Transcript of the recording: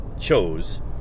chose